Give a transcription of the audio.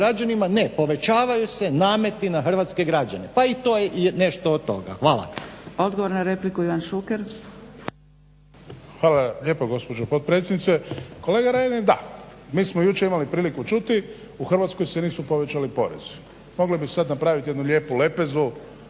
ne povećavaju se nameti na hrvatske građane pa i to je nešto od toga. Hvala. **Zgrebec, Dragica (SDP)** Odgovor na repliku, Ivan Šuker. **Šuker, Ivan (HDZ)** Hvala lijepa gospođo potpredsjednice. Kolega Reiner da, mi smo jučer imali priliku čuti u Hrvatskoj se nisu povećali porezi. Mogli bi sad napraviti jednu lijepu lepezu,